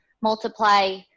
multiply